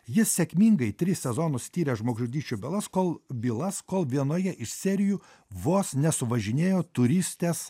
jis sėkmingai tris sezonus tiria žmogžudysčių bylas kol bylas kol vienoje iš serijų vos nesuvažinėjo turistės